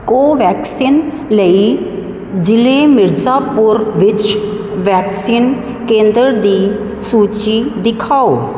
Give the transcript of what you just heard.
ਕੋਵੈਕਸਿਨ ਲਈ ਜ਼ਿਲ੍ਹੇ ਮਿਰਜ਼ਾਪੁਰ ਵਿੱਚ ਵੈਕਸੀਨ ਕੇਂਦਰ ਦੀ ਸੂਚੀ ਦਿਖਾਓ